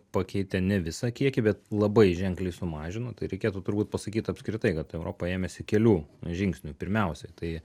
pakeitė ne visą kiekį bet labai ženkliai sumažino tai reikėtų turbūt pasakyt apskritai kad europa ėmėsi kelių žingsnių pirmiausia tai